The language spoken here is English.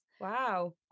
wow